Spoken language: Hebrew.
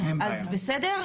הזמן, אז בסדר?